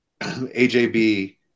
AJB